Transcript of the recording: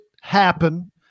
happen